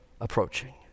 approaching